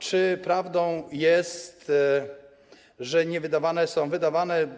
Czy prawdą jest, że nie są wydawane, są wydawane.